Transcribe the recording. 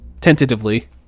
tentatively